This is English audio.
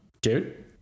Dude